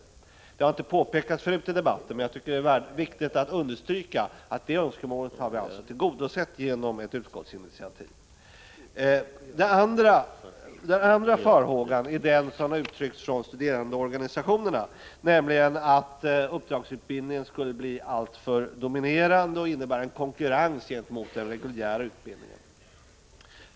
Detta har inte påpekats tidigare i debatten, men jag tycker att det är viktigt att understryka att utskottet har tillgodosett detta önskemål genom ett utskottsinitiativ. Studerandeorganisationerna har uttryckt farhågor för en annan sak, nämligen att uppdragsutbildningen skulle bli alltför dominerande och innebära en konkurrens gentemot den reguljära utbildningen.